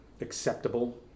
acceptable